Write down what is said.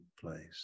place